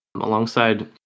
alongside